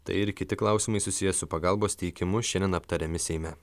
tai ir kiti klausimai susiję su pagalbos teikimu šiandien aptariami seime